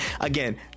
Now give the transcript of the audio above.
again